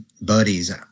buddies